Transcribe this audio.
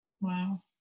Wow